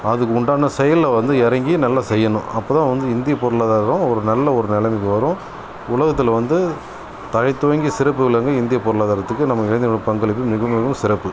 அதுக்கு உண்டான செயல்லை வந்து இறங்கி நல்லா செய்யணும் அப்போதான் வந்து இந்திய பொருளாதாரம் ஒரு நல்ல ஒரு நிலைமைக்கு வரும் உலகத்தில் வந்து தழைத்துவங்கிய சிறப்பு விளங்கு இந்திய பொருளாதாரத்துக்கு நமது இளைஞர்களின் பங்களிப்பு மிக மிகவும் சிறப்பு